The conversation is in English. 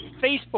Facebook